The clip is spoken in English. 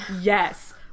Yes